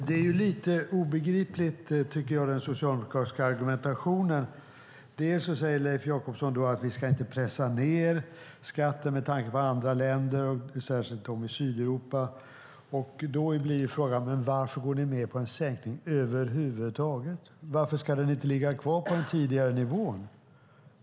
Herr talman! Den socialdemokratiska argumentationen är lite obegriplig. Leif Jakobsson säger att vi inte ska pressa ned skatten med tanke på andra länder, särskilt dem i Sydeuropa. Då blir frågan: Varför går ni med på en sänkning över huvud taget? Varför ska inte skatten ligga kvar på den tidigare nivån?